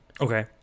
Okay